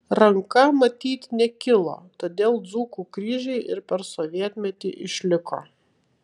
ranka matyt nekilo todėl dzūkų kryžiai ir per sovietmetį išliko